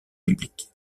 biblique